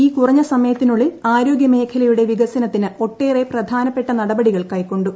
ഈ കുറഞ്ഞ സമയത്തിനുള്ളിൽ ആരോഗ്യമേഖലയുടെ വികസനത്തിന് ഒട്ടേറെ പ്രധാനപ്പെട്ട നടപടികൾ കൈക്കൊണ്ടു